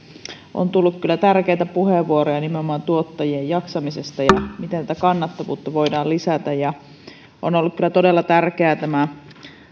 on tullut tärkeitä puheenvuoroja nimenomaan tuottajien jaksamisesta ja siitä miten tätä kannattavuutta voidaan lisätä on ollut kyllä todella tärkeä tämä